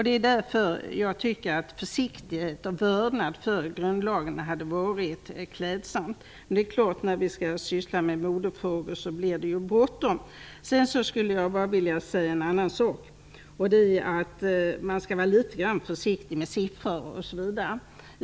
Det är därför jag tycker att försiktighet och vördnad för grundlagen hade varit klädsamt. Men det är klart, när vi skall syssla med modefrågor blir det bråttom. Jag skulle vilja säga en annan sak också. Man skall vara litet försiktig med siffror.